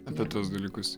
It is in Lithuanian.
apie tuos dalykus